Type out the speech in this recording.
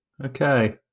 Okay